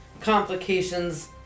complications